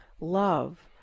love